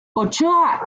ochoa